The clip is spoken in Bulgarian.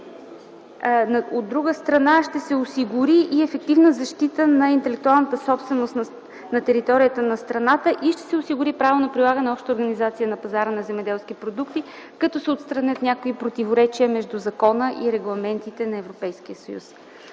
От друга страна, ще се осигури и ефективна защита на интелектуалната собственост на територията на страната и ще се осигури правилно прилагане на общата организация на пазара на земеделски продукти, като се отстранят някои противоречия между закона и регламентите на Европейския съюз.